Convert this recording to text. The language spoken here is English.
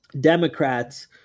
Democrats